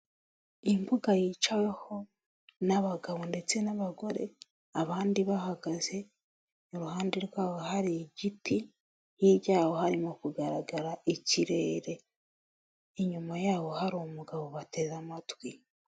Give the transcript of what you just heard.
Imbuga yiciweho n'abagabo ndetse n'abagore abandi bahagaze, iruhande rwabo hari igiti hirya yaho harimo kugaragara ikirere, inyuma yaho hari umugabo bateze amatwi.